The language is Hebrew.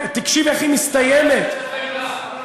תקשיב איך היא מסתיימת, אז למה, ?